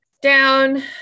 down